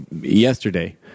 yesterday